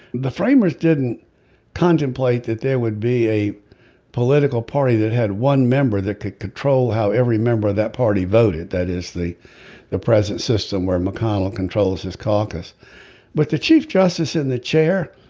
the framers didn't contemplate that there would be a political party that had one member that could control how every member of that party voted. that is the the present system where mcconnell controls his caucus but the chief justice in the chair.